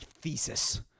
thesis